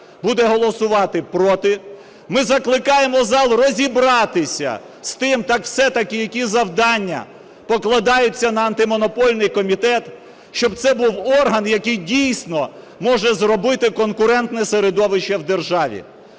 буде голосувати проти. Ми закликаємо зал розібратися з тим, так все-таки які завдання покладаються на Антимонопольний комітет, щоб це був орган, який, дійсно, може зробити конкурентне середовище в державі.